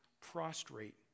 prostrate